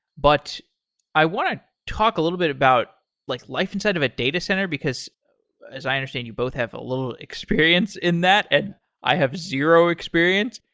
but i want to talk a little about like life inside of a datacenter, because as i understand you both have little experience in that, and i have zero experience.